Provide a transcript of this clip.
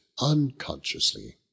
unconsciously